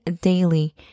daily